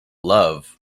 love